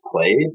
played